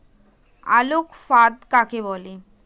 আলোক ফাঁদ কাকে বলে?